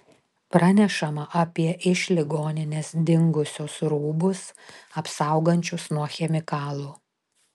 pranešama apie iš ligoninės dingusius rūbus apsaugančius nuo chemikalų